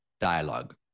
dialogue